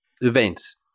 events